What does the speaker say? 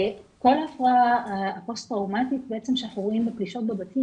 כל ההפרעה הפוסט-טראומטית שאנחנו רואים בפלישות בבתים,